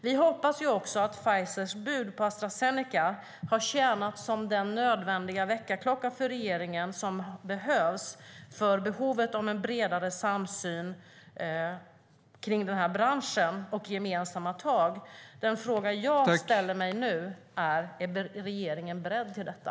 Vi hoppas också att Pfizers bud på Astra Zeneca har tjänat som en nödvändig väckarklocka för regeringen om behovet av en bredare samsyn kring branschen och gemensamma tag. Är regeringen beredd till detta?